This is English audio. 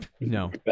No